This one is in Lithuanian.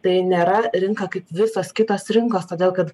tai nėra rinka kaip visos kitos rinkos todėl kad